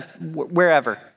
wherever